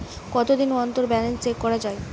কতদিন অন্তর balance check করা য়ায়?